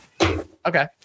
Okay